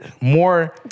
more